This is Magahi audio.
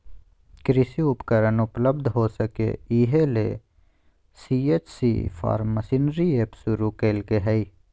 कृषि उपकरण उपलब्ध हो सके, इहे ले सी.एच.सी फार्म मशीनरी एप शुरू कैल्के हइ